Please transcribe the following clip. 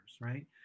right